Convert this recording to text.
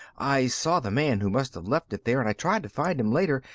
i saw the man who must have left it there and i tried to find him later,